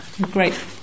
great